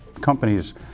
companies